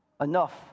enough